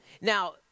Now